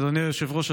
אדוני היושב-ראש,